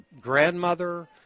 grandmother